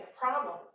problem